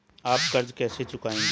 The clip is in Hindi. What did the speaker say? आप कर्ज कैसे चुकाएंगे?